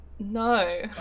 No